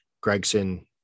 Gregson